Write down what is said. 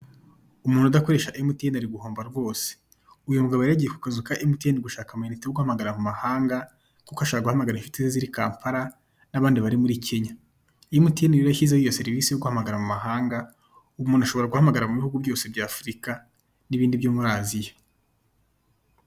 Umuntu udakoresha MTN ari guhomba rwose. Uyu mugabo yari yagiye ku kazu ka MTN gushaka amayinite yo guhamagara mu mahanga, kuko ashaka guhamagara inshuti ze ziri Kampala n'abandi bari muri Kenya. MTN rero yashyizeho iyo serivise yo guhamagara mu mahanga umuntu ashobora guhamagara mu bihugu byose by'Afurika n'ibindi byo muri Aziya.